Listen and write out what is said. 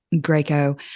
greco